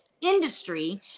industry